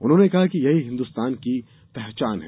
उन्होंने कहा कि यही हिंदुस्तान की पहचान है